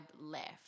left